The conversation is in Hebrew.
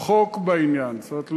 חוק בעניין זאת אומרת,